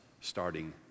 starting